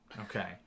Okay